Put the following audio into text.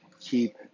Keep